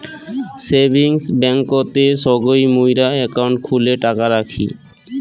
savings ব্যাংকতে সগই মুইরা একাউন্ট খুলে টাকা রাখি